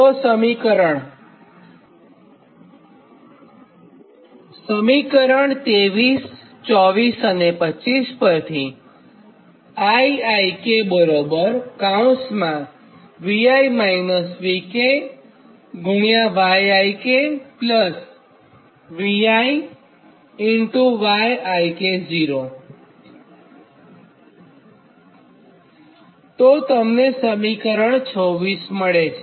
તો સમીકરણ 2324 અને 25 પરથી તો તમને સમીકરણ 26 મળે છે